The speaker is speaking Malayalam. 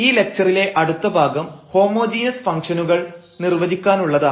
ഈ ലക്ച്ചറിലെ അടുത്ത ഭാഗം ഹോമോജീനിസ് ഫംഗ്ഷനുകൾ നിർവചിക്കാനുള്ളതാണ്